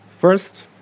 First